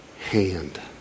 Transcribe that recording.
hand